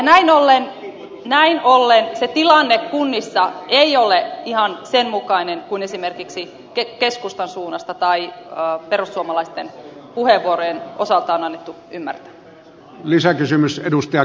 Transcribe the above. näin ollen se tilanne kunnissa ei ole ihan sen mukainen kuin esimerkiksi keskustan suunnasta tai perussuomalaisten puheenvuorojen osalta on annettu ymmärtää